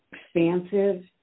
expansive